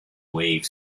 wave